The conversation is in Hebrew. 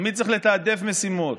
ותמיד צריך לתעדף משימות.